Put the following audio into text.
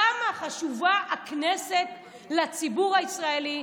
כמה חשובה הכנסת לציבור הישראלי,